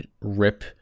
rip